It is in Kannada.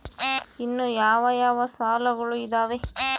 ಇನ್ನು ಯಾವ ಯಾವ ಸಾಲಗಳು ಇದಾವೆ?